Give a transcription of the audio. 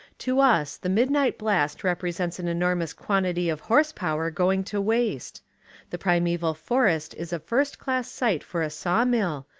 to us the midnight blast represents an enormous quantity of horse-power going to waste the primeval forest is a first-class site for a saw mill,